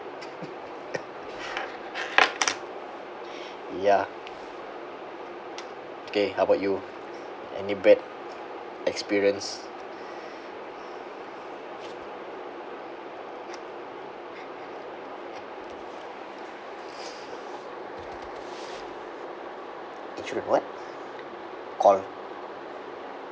ya K how about you any bad experience insu~ what call